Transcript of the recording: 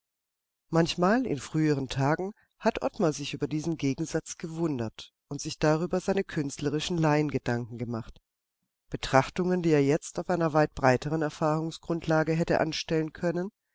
manchmal in früheren tagen hat ottmar sich über diesen gegensatz gewundert und sich darüber seine künstlerischen laiengedanken gemacht betrachtungen die er jetzt auf einer weit breiteren erfahrungsgrundlage hätte anstellen können